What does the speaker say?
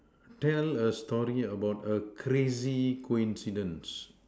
tell a story about a crazy coincidence